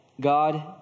God